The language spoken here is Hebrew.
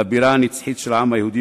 לבירה הנצחית של העם היהודי,